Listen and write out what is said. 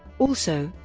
also,